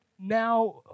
now